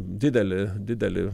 didelį didelį